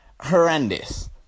horrendous